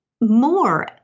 more